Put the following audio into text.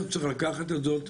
המסוכנות הנוכחית שלהם